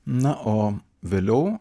na o vėliau